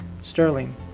sterling